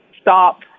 stop